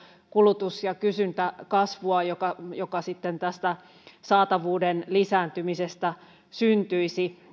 kulutus ja kysyntäkasvua joka joka tästä saatavuuden lisääntymisestä syntyisi